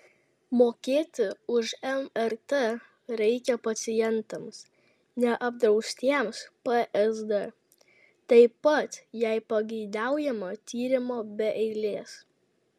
mokėti už mrt reikia pacientams neapdraustiems psd taip pat jei pageidaujama tyrimo be eilės